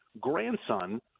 grandson